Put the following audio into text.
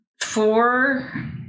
four